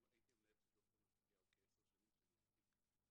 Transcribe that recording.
הייתי המנהל של ד"ר מתתיהו כ-10 שנים כשניהלתי את קפלן,